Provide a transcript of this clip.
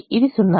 ఇది 0